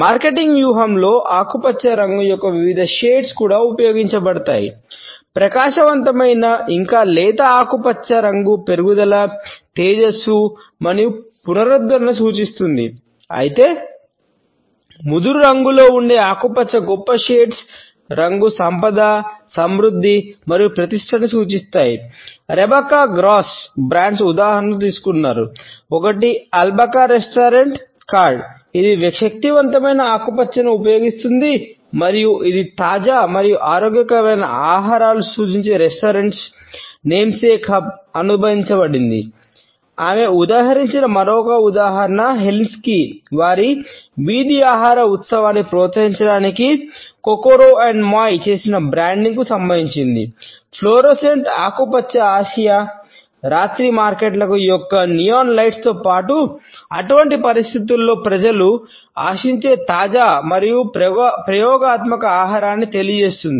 marketing పాటు అటువంటి పరిస్థితులలో ప్రజలు ఆశించే తాజా మరియు ప్రయోగాత్మక ఆహారాన్ని తెలియజేస్తుంది